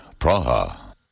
Praha